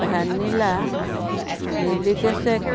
vanilla milkshake